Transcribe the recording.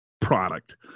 product